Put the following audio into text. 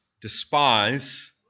despise